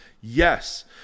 Yes